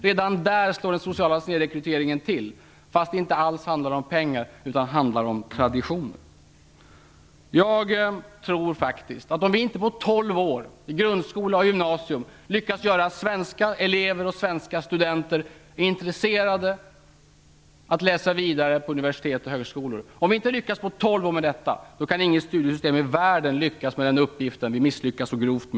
Redan där slår den sociala snedrekryteringen till fast det inte alls handlar om pengar utan om traditioner. Jag tror faktiskt att om vi inte på tolv år i grundskola och gymnasium lyckas göra svenska elever och svenska studenter intresserade av att läsa vidare på universitet och högskolor kan inget studiesystem i världen lyckas med den uppgiften.